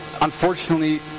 unfortunately